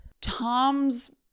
Tom's